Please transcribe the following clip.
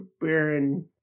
Baron